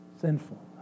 sinful